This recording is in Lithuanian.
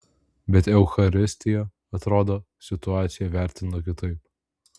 bet eucharistija atrodo situaciją vertino kitaip